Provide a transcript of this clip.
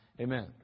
Amen